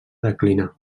declinar